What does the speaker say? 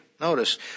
Notice